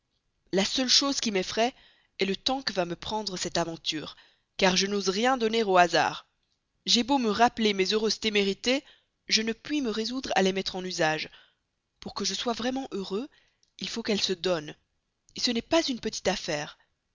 la seule chose qui m'effraie est le temps que va me prendre cette aventure car je n'ose rien donner au hasard j'ai beau me rappeler mes heureuses témérités je ne puis me résoudre à les mettre en usage pour que je sois vraiment heureux il faut qu'elle se donne ce n'est pas une petite affaire